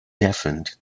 deafened